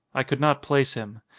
i could not place him.